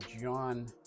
John